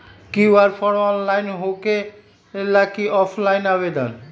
QR form online होकेला कि offline आवेदन?